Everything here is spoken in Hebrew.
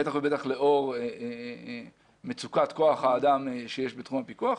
בטח לאור מצוקת כוח האדם שיש בתחום הפיקוח,